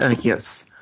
Yes